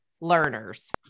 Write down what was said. learners